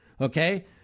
okay